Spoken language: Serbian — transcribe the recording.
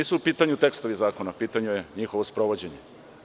Nisu u pitanju tekstovi zakona, u pitanju je njihovo sprovođenje.